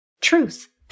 truth